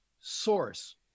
source